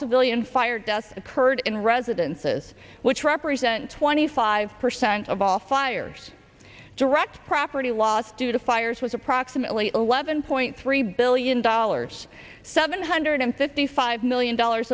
civilian fire dust occurred in residences which represent twenty five percent of all fires direct property loss due to fires was approximately eleven point three billion dollars seven hundred fifty five million dollars